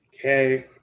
okay